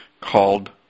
called